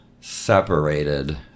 separated